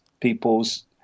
people's